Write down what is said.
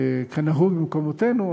כנהוג במקומותינו,